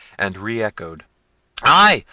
and re-echoed ay,